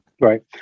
Right